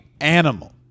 animal